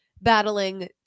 battling